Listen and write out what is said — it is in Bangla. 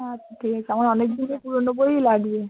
আচ্ছা ঠিক আমার অনেকগুলো পুরোনো বইই লাগবে